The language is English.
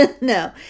No